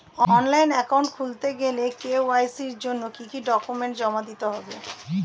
Online account খুলতে গেলে KYC জন্য কি কি ডকুমেন্ট জমা দিতে হবে?